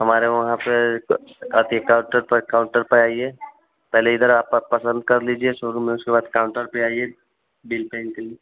हमारे वहाँ पे काउंटर पे आइए पहले इधर आप पसंद कर लीजिए सोरूम में से उसके बाद काउंटर पे आइए बिल के लिए